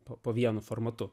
po vienu formatu